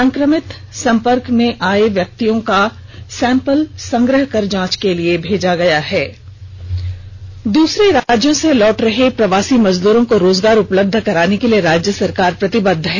संक्रमित संपर्क में आए व्यक्तियों का सैंपल संग्रह कर जांच के लिए भेजा गया दूसरे राज्यों से लौट रहे प्रवासी मजदूरों को रोजगार उपलब्ध कराने के लिए राज्य सरकार प्रतिबद्ध है